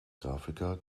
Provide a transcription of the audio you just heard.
grafiker